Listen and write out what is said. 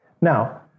Now